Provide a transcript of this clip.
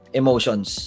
emotions